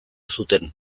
zuten